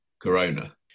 Corona